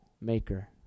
maker